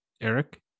Eric